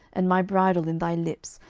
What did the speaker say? and my bridle in thy lips,